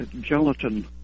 gelatin